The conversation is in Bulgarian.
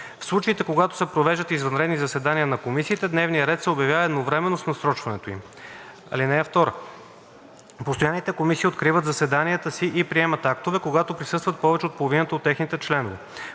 В случаите, когато се провеждат извънредни заседания на комисиите, дневният ред се обявява едновременно с насрочването им. (2) Постоянните комисии откриват заседанията си и приемат актове, когато присъстват повече от половината от техните членове.